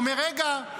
הוא אומר: רגע.